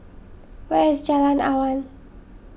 where is Jalan Awan